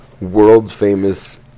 world-famous